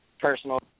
personal